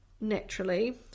naturally